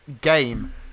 game